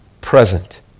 present